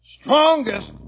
strongest